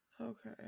Okay